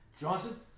Johnson